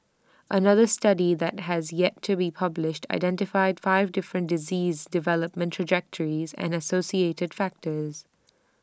another study that has yet to be published identified five different disease development trajectories and the associated factors